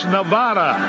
Nevada